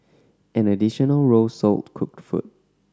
an additional row sold cooked food